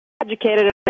educated